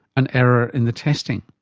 an error in the testing?